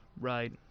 Right